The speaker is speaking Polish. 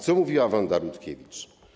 Co mówiła Wanda Rutkiewicz?